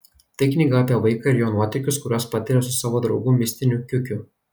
tai knyga apie vaiką ir jo nuotykius kuriuos patiria su savo draugu mistiniu kiukiu